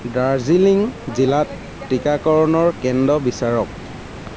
দাৰ্জিলিং জিলাত টিকাকৰণৰ কেন্দ্ৰ বিচাৰক